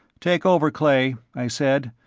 take over, clay, i said,